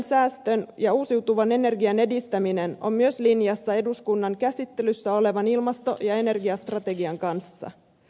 energiansäästön ja uusiutuvan energian edistäminen on myös linjassa eduskunnan käsittelyssä olevan ilmasto ja energiastrategian kanssa